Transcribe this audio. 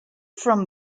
from